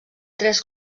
tres